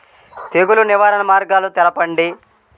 తెగులు నివారణ మార్గాలు తెలపండి?